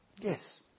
yes